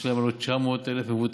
יש להם הלוא 900,000 מבוטחים.